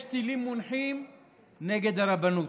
יש טילים מונחים נגד הרבנות,